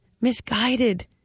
misguided